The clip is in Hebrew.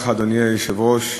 אדוני היושב-ראש,